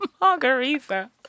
margarita